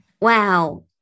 Wow